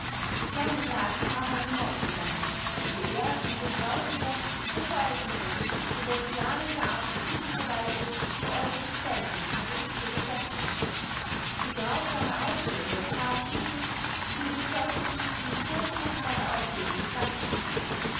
die angeklagten haben einen mord begangen wie er in so grausiger so scheußlicher so bestialischer art glücklicherweise nur äußerst selten die gerichte beschäftigt die grausame ausführung der tat ist es die die bevölkerung in so furchtbare aufregung gebracht hat